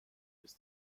bis